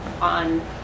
on